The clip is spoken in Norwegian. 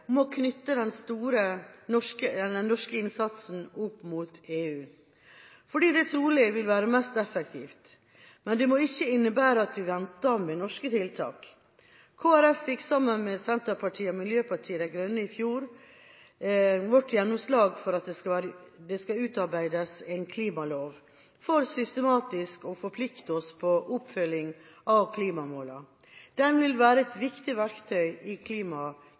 om å knytte den norske innsatsen opp mot EU fordi det trolig vil være mest effektivt. Men det må ikke innebære at vi venter med norske tiltak. Kristelig Folkeparti fikk sammen med Senterpartiet og Miljøpartiet De Grønne i fjor vår gjennomslag for at det skal utarbeides en klimalov, for systematisk å forplikte oss til oppfølging av klimamålene. Den vil være et viktig verktøy i